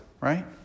right